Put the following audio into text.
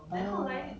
oh